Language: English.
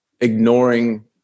ignoring